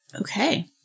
Okay